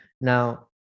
Now